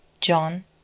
John